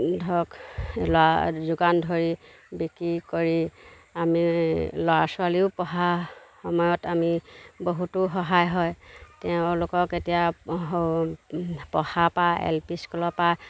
ধৰক ল'ৰা যোগান ধৰি বিক্ৰী কৰি আমি ল'ৰা ছোৱালীও পঢ়া সময়ত আমি বহুতো সহায় হয় তেওঁলোকক এতিয়া পঢ়াৰপৰা এল পি স্কুলৰপৰা